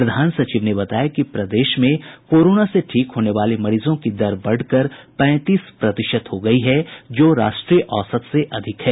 प्रधान सचिव ने बताया कि प्रदेश में कोरोना से ठीक होने वाले मरीजों की दर बढ़कर पैंतीस प्रतिशत हो गयी है जो राष्ट्रीय औसत से अधिक है